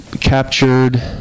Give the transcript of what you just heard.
captured